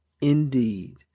indeed